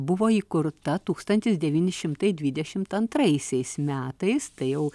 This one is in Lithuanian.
buvo įkurta tūkstantis devyni šimtai dvidešimt antraisiais metais tai jau